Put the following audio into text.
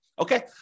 Okay